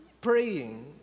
praying